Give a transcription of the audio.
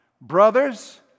Brothers